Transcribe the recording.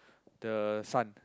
the Sun